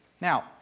Now